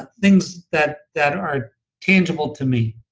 things that that are tangible to me